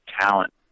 talent